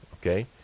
Okay